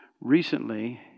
recently